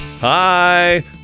hi